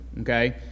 Okay